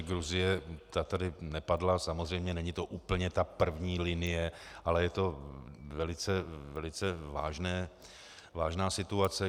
Gruzie, ta tady nepadla, samozřejmě není to úplně ta první linie, ale je to velice vážná situace.